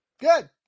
Good